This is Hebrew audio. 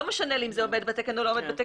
לא משנה לי אם זה עומד בתקן או לא עומד בתקן,